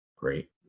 Great